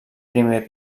primer